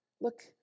Look